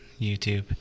YouTube